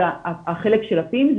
אז החלק של ה- pims,